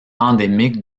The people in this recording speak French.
endémique